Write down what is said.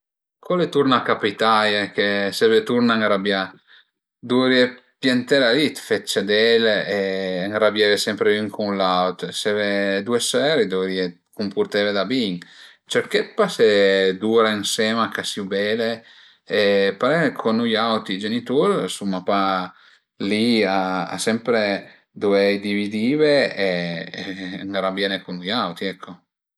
Co al e turna capitaie che seve turna ënrabia? Duvrìe piantela li d'fe ciadèl e ënrabieve sempre ün cun l'aut, seve due söri, dëvrìe cumputerve da bin. Cerché d'pasé d'ura ënsema ch'a sìu bele parei co nui auti genitur suma pa li a sempre duvei dividive e ënrambiene cu nui auti ecco